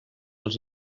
els